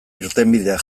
irtenbideak